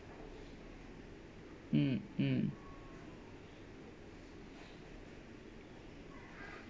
mm mm